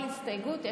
כל הסתייגות,